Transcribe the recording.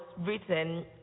written